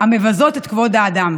המבזות את כבוד האדם.